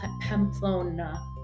pamplona